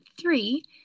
three